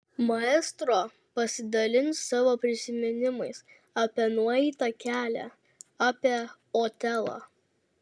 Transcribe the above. maestro pasidalins savo prisiminimais apie nueitą kelią apie otelą